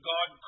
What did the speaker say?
God